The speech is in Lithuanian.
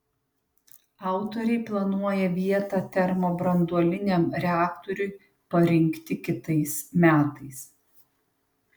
autoriai planuoja vietą termobranduoliniam reaktoriui parinkti kitais metais